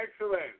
excellent